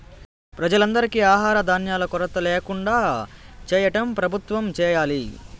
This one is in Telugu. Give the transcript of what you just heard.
ప్రజలందరికీ ఆహార ధాన్యాల కొరత ల్యాకుండా చేయటం ప్రభుత్వం చేయాలి